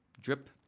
drip